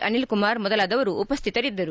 ಅನಿಲ್ಕುಮಾರ್ ಮೊದಲಾದವರು ಉಪಸ್ಥಿತರಿದ್ದರು